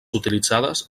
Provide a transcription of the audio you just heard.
utilitzades